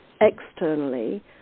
externally